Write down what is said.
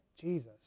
Jesus